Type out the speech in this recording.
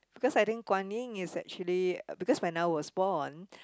because I think Guan-Yin is actually because when I was born